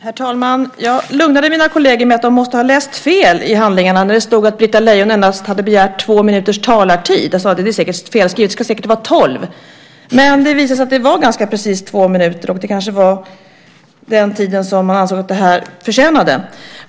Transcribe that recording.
Herr talman! Jag lugnade mina kolleger med att säga att de måste ha läst fel i handlingarna när det står att Britta Lejon begärt endast två minuters talartid. Jag sade att det säkert är felskrivet, att det säkert ska stå tolv minuter. Men det visar sig nu att det blev ganska precis två minuter. Kanske är det den tid som ärendet ansågs förtjäna.